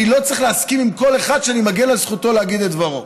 אני לא צריך להסכים עם כל אחד שאני מגן על זכותו להגיד את דברו.